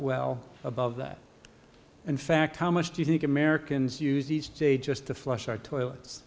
well above that in fact how much do you think americans use each day just to flush our toilets